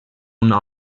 una